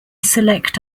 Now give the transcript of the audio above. select